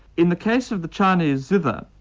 in the case of the chinese zither,